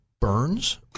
burns